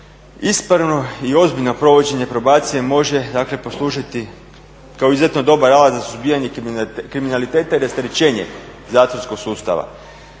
ispravno i ozbiljno provođenje probacije može, dakle poslužiti kao izuzetno dobar alat za suzbijanje kriminaliteta i rasterećenje zatvorskog sustava.